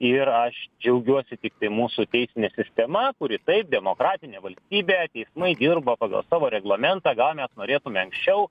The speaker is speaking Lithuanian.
ir aš džiaugiuosi tiktai mūsų teisine sistema kuri taip demokratinė valstybė teismai dirba pagal savo reglamentą gal mes norėtume anksčiau